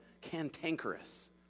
cantankerous